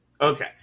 Okay